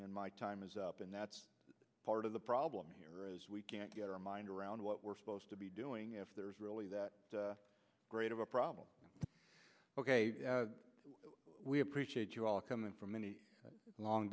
and my time is up and that's part of the problem here as we can't get our mind around what we're supposed to be doing if there's really that great of a problem ok we appreciate you all coming from many long